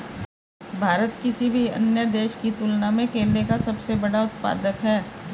भारत किसी भी अन्य देश की तुलना में केले का सबसे बड़ा उत्पादक है